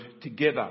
together